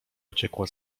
uciekła